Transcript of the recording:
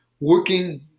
working